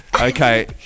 Okay